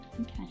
okay